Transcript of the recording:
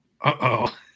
Uh-oh